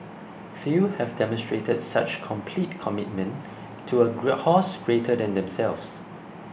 few have demonstrated such complete commitment to a great house greater than themselves